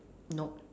nope